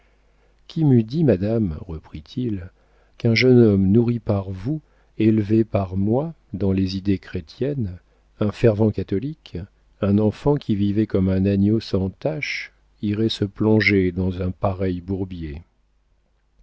qui m'eût dit madame reprit-il qu'un jeune homme nourri par vous élevé par moi dans les idées chrétiennes un fervent catholique un enfant qui vivait comme un agneau sans tache irait se plonger dans un pareil bourbier